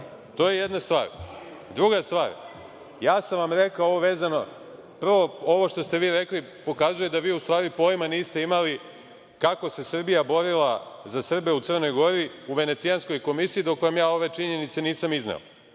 To je jedna stvar. Druga stvar, ja sam vam rekao, prvo, ovo što ste vi rekli pokazuje da vi, u stvari, pojma niste imali kako se Srbija borila za Srbe u Crnoj Gori u Venecijanskoj komisiji, dok vam ja ove činjenice nisam izneo.